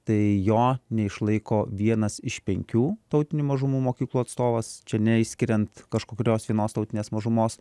tai jo neišlaiko vienas iš penkių tautinių mažumų mokyklų atstovas čia neišskiriant kažkurios vienos tautinės mažumos